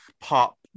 pop